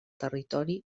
territori